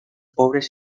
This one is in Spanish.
pobres